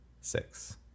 six